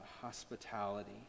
hospitality